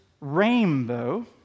rainbow